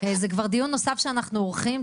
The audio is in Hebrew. זה כבר דיון נוסף שאנחנו עורכים,